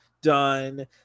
done